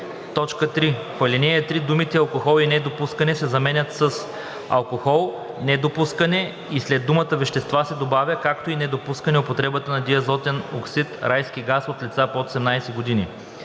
3. В ал. 3 думите „алкохол и недопускане“ се заменят с „алкохол, недопускане“ и след думата „вещества“ се добавя „както и недопускане употребата на диазотен оксид (райски газ) от лица под 18 години“.